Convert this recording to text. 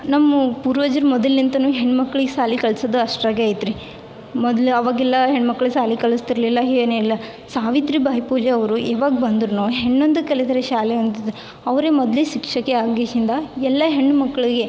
ನಮ್ಮ ಪೂರ್ವಜರು ಮೊದಲ್ನಿಂದನೂ ಹೆಣ್ಣು ಮಕ್ಳಿಗೆ ಸಾಲಿಗೆ ಕಳ್ಸದು ಅಷ್ಟರಾಗೆ ಐತ್ರಿ ಮೊದ್ಲು ಅವಾಗೆಲ್ಲ ಹೆಣ್ಣು ಮಕ್ಳು ಶಾಲಿ ಕಳಿಸ್ತಿರ್ಲಿಲ್ಲ ಏನಿಲ್ಲ ಸಾವಿತ್ರಿಬಾಯಿ ಫುಲೆ ಅವರು ಯಾವಾಗ ಬಂದ್ರೋ ಹೆಣ್ಣೊಂದು ಕಲಿತರೆ ಶಾಲೆಯೊಂದು ಅವರೇ ಮೊದಲು ಶಿಕ್ಷಕಿಯಾಗಿಶಿಂದ ಎಲ್ಲ ಹೆಣ್ಣು ಮಕ್ಕಳಿಗೆ